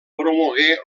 promogué